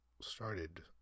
started